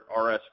rs